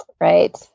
Right